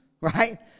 right